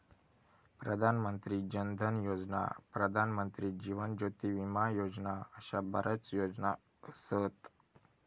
प्रधान मंत्री जन धन योजना, प्रधानमंत्री जीवन ज्योती विमा योजना अशा बऱ्याच योजना असत